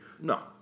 No